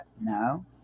No